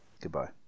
Goodbye